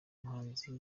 muhanzi